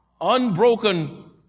unbroken